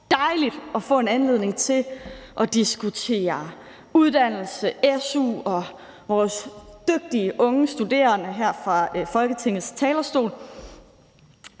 dejligt at få en anledning til at diskutere uddannelse, su og vores dygtige unge studerende her fra Folketingets talerstol.